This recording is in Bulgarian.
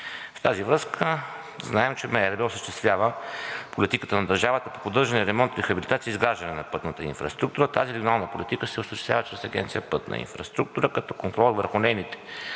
В тази връзка знаем, че МРРБ осъществява политиката на държавата по поддържане, ремонт, рехабилитация и изграждане на пътна инфраструктура. Тази регионална политика се осъществява чрез Агенция „Пътна инфраструктура“, като контролът върху нейните